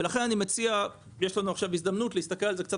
ולכן אני מציע --- יש לנו עכשיו הזדמנות להסתכל על זה קצת